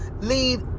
leave